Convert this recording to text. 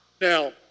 Now